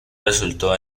resultó